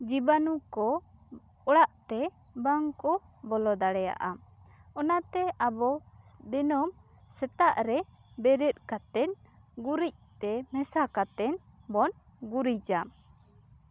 ᱡᱤᱵᱟᱱᱩ ᱠᱚ ᱚᱲᱟᱜ ᱛᱮ ᱵᱟᱝ ᱠᱚ ᱵᱚᱞᱚ ᱫᱟᱲᱮᱭᱟᱜ ᱟ ᱚᱱᱟᱛᱮ ᱟᱵᱚ ᱫᱤᱱᱚᱢ ᱥᱮᱛᱟᱜ ᱨᱮ ᱵᱮᱨᱮᱫ ᱠᱟᱛᱮᱫ ᱜᱩᱨᱤᱡ ᱛᱮ ᱢᱮᱥᱟ ᱠᱟᱛᱮᱫ ᱵᱚᱱ ᱜᱩᱨᱤᱡᱟ